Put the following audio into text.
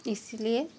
इसलिए